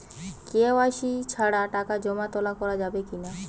KYC ছাড়া টাকা জমা তোলা করা যাবে কি না?